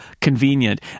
convenient